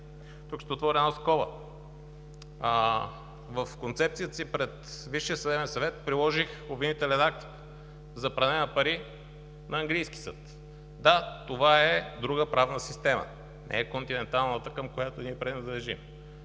Тук ще отворя една скоба – в концепцията си пред Висшия съдебен съвет приложих обвинителен акт за пране на пари на английски съд. Да, това е друга правна система, не е континенталната, към която ние принадлежим.